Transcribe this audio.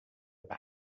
bag